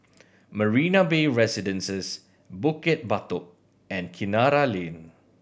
Marina Bay Residences Bukit Batok and Kinara Lane